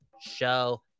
show